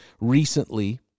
recently